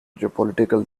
geopolitical